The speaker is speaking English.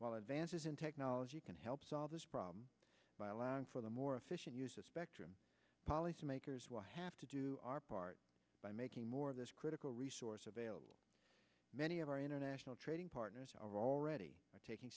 while advances in technology can help solve this problem by allowing for the more efficient use of spectrum policy makers will have to do our part by making more of this critical resource available many of our international trading partners are already taking